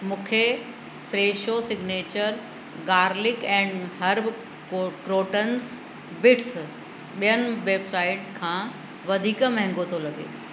मूंखे Fresho signature garlic and herb को croutons bits ॿियनि वेबसाइट खां वधीक महांगो थो लॻे